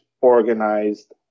organized